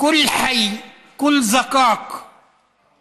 (אומר בערבית: כל שכונה,